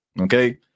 okay